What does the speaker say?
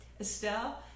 Estelle